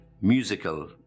musical